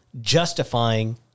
justifying